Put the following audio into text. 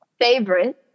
Favorite